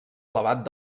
elevat